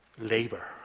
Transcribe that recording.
labor